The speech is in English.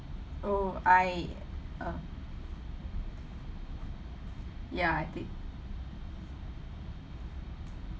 oh I um ya I tick